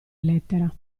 lettera